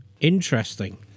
Interesting